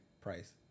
price